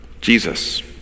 Jesus